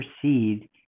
proceed